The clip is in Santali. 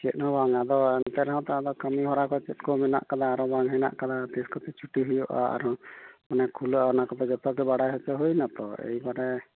ᱪᱮᱫ ᱦᱚᱸ ᱫᱚ ᱵᱟᱝ ᱟᱫᱚ ᱮᱱᱛᱮ ᱨᱮᱦᱚᱸ ᱛᱚ ᱟᱫᱚ ᱠᱟᱹᱢᱤ ᱦᱚᱨᱟᱠᱚ ᱪᱮᱠᱚ ᱢᱮᱱᱟᱜ ᱛᱟᱞᱟᱧᱟ ᱟᱨᱚ ᱵᱟ ᱦᱮᱱᱟᱜ ᱛᱟᱢᱟ ᱛᱤᱥᱠᱚᱛᱮ ᱪᱷᱩᱴᱤ ᱦᱩᱭᱩᱜᱼᱟ ᱟᱨᱦᱚ ᱢᱟᱱᱮ ᱠᱷᱩᱞᱟᱹ ᱚᱱᱟᱠᱚᱫᱚ ᱡᱚᱛᱚᱜᱮ ᱵᱟᱲᱟᱭ ᱦᱚᱪᱚ ᱦᱩᱭᱮᱱᱟ ᱛᱚ ᱮᱭᱵᱟᱨᱮ